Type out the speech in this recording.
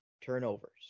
turnovers